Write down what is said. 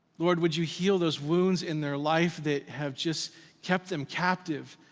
lord, would you heal those wounds in their life that have just kept them captive.